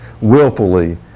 Willfully